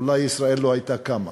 אולי ישראל לא הייתה קמה.